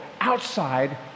outside